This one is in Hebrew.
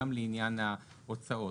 גם לעניין ההוצאות.